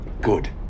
Good